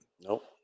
Nope